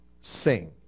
sing